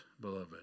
beloved